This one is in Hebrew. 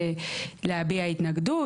ולהביא התנגדות,